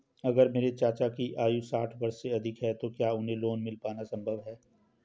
अगर मेरे चाचा की आयु साठ वर्ष से अधिक है तो क्या उन्हें लोन मिल पाना संभव है?